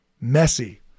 Messy